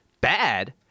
bad